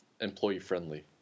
employee-friendly